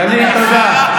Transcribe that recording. גלית, תודה.